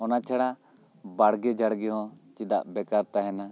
ᱚᱱᱟ ᱪᱷᱟᱲᱟ ᱵᱟᱲᱜᱮ ᱡᱷᱟᱲᱜᱮ ᱦᱚᱸ ᱪᱮᱫᱟᱜ ᱵᱮᱠᱟᱨ ᱛᱟᱦᱮᱱᱟ